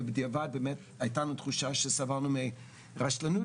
ובדיעבד באמת הייתה לנו תחושה שסבלנו מרשלנות.